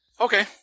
Okay